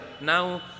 Now